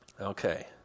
Okay